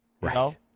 right